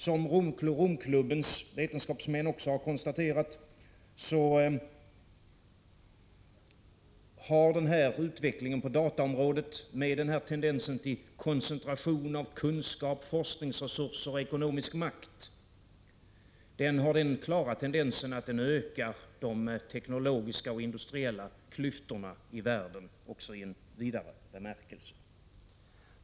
Som Rom-klubbens vetenskapsmän också har konstaterat, har denna utveckling på dataområdet, med en viss koncentration av kunskap, forskningsresurser och ekonomisk makt, en klar tendens att öka de teknologiska och industriella klyftorna i världen också i en vidare bemärkelse.